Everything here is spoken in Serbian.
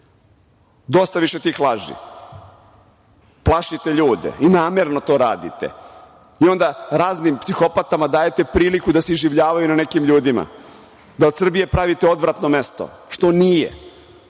više tih laži. Plašite ljude i namerno to radite. I onda raznim psihopatama dajete priliku da se iživljavaju na nekim ljudima, da od Srbije pravite odvratno mesto, što nije.